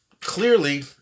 Clearly